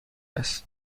است